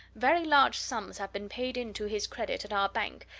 very large sums have been paid in to his credit at our bank,